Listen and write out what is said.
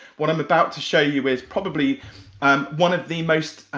what i'm about to show you is probably um one of the most